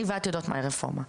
אני ואת יודעות מהי רפורמה.